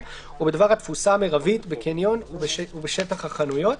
ובדבר התפוסה המרבית בקניון ובשטח החנויות,